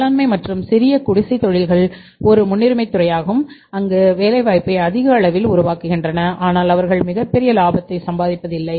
வேளாண்மை மற்றும் சிறிய குடிசைத் தொழில்கள் ஒரு முன்னுரிமைத் துறையாகும் அங்கு வேலைவாய்ப்பை அதிக அளவில் உருவாக்குகின்றன ஆனால் அவர்கள் மிகப்பெரிய லாபத்தை சம்பாதிப்பது இல்லை